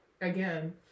again